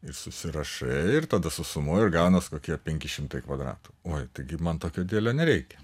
ir susirašai ir tada sausumuoji ir gaunas kokie penki šimtai kvadratų o taigi man tokio didelio nereikia